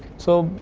so,